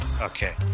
Okay